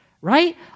Right